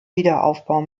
wiederaufbau